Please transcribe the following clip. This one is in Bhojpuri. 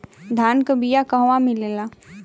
धान के बिया कहवा मिलेला?